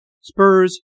Spurs